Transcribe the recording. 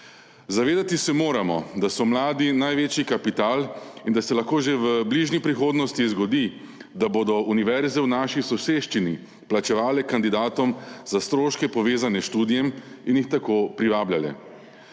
Zavedati se moramo, da so mladi največji kapital in da se lahko že v bližnji prihodnosti zgodi, da bodo univerze v naši soseščini plačevale kandidatom za stroške, povezane s študijem, in jih tako privabljale.